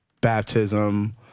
Baptism